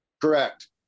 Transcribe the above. Correct